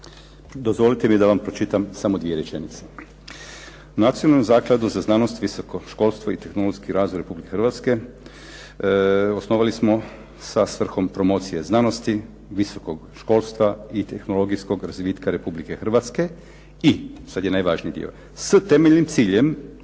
Dozvolite mi da vam pročitam samo dvije rečenice. "Nacionalnu nakladu za znanost, visoko školstvo i tehnologijski razvoj Republike Hrvatske osnovali smo sa svrhom promocije znanosti, visokog školstva i tehnologijskog razvitka Republike Hrvatske i", sad je najvažniji dio "s temeljnim ciljem